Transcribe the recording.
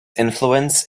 influence